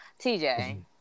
TJ